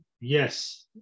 Yes